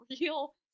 real